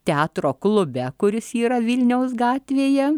teatro klube kuris yra vilniaus gatvėje